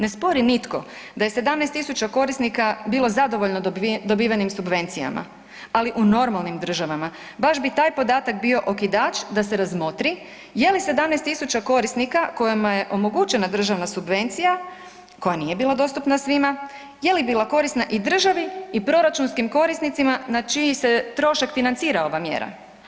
Ne spori nitko da je 17 tisuća korisnika bilo zadovoljno dobivenim subvencijama, ali u normalnim državama baš bi taj podatak bio okidač da se razmotri je li 17 tisuća korisnika kojima je omogućena državna subvencija, koja nije bila dostupna svima, je li bila korisna i državi i proračunskim korisnicima na čiji se trošak financira ova mjera.